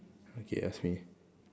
okay ask me